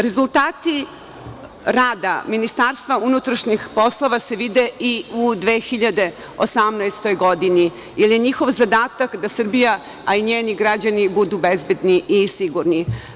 Rezultati rada MUP-a se vide i u 2018. godini, jer je njihov zadatak da Srbija, a i njeni građani, budu bezbedni i sigurni.